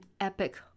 epic